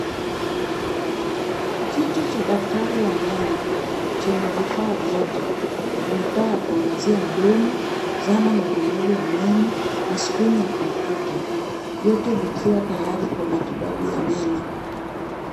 Kiti cha daktari wa meno chenye vifaa vyote. Kuna taa ya kuangazia mdomo, zana mbalimbali ya meno na skrini ya kompyuta vyote vikiwa tayari kwa matibabu ya meno.